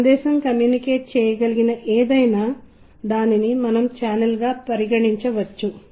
కాబట్టి అవి సులభంగా గ్రహించగలిగే తేడాలను కలిగి ఉంటాయి